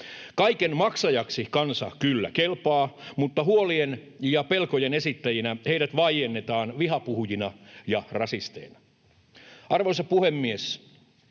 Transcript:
Kaiken maksajaksi kansa kyllä kelpaa, mutta huolien ja pelkojen esittäjinä heidät vaiennetaan vihapuhujina ja rasisteina. Arvoisa puhemies!